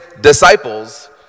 disciples